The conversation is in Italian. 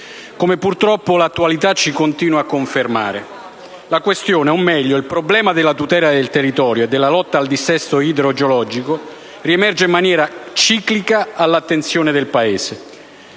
come purtroppo l'attualità ci continua a confermare. La questione o, meglio, il problema della tutela del territorio e della lotta al dissesto idrogeologico riemergono in maniera ciclica all'attenzione del Paese,